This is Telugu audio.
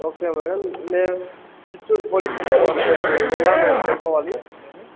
ఓకే మ్యాడం మేము చిత్తూరు పోలీస్ స్టేషన్ వద్దకు ఎలా మ్యాడం చేరుకోవాలి మేము